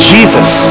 Jesus